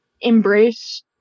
embrace